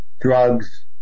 drugs